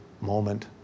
moment